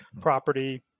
property